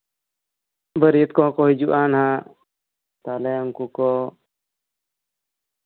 ᱵᱟᱹᱨᱭᱟᱹᱛ ᱠᱚᱠᱚ ᱠᱚ ᱦᱤᱡᱩᱜᱼᱟ ᱱᱟᱜᱷ ᱩᱱᱠᱩ ᱠᱚ